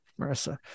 marissa